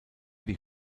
die